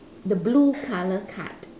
the blue colour card